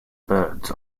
byrds